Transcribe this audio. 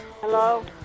Hello